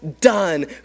done